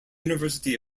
university